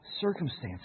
circumstances